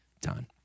done